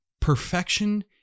perfection